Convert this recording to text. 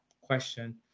question